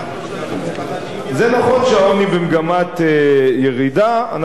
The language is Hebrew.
נכון שהעוני במגמת ירידה,